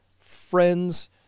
friends